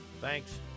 thanks